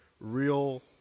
real